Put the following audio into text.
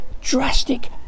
drastic